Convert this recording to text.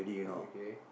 okay